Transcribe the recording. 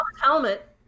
helmet